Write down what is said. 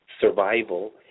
survival